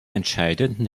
entscheidenden